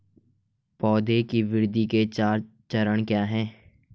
पौधे की वृद्धि के चार चरण क्या हैं?